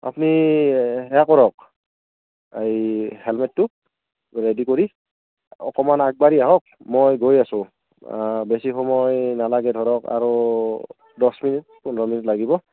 আপুনি সেয়া কৰক এই হেলমেটতো ৰেডি কৰি অকণমান আগবাঢ়ি আহক মই গৈ আছোঁ বেছি সময় নালাগে ধৰক আৰু দচ মিনিট পোন্ধৰ মিনিট লাগিব